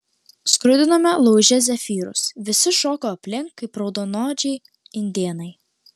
skrudinome lauže zefyrus visi šoko aplink kaip raudonodžiai indėnai